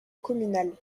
communale